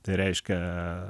tai reiškia